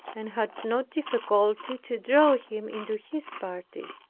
and had no difficulty to draw him into his party.